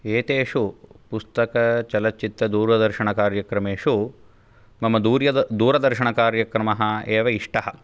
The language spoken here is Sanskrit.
एतेषु पुस्तकचलचित्रदूरदर्शणकार्यक्रमेषु मम दूर्यदर् दूरदर्शणकार्यक्रमः एव इष्टः